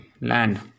land